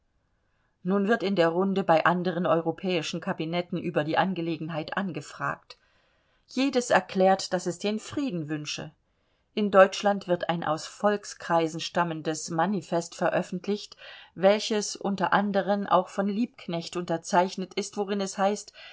nun wird in der runde bei anderen europäischen kabinetten über die angelegenheit angefragt jedes erklärt daß es den frieden wünsche in deutschland wird ein aus volkskreisen stammendes manifest veröffentlicht welches unter anderen auch von liebknecht unterzeichnet ist worin es heißt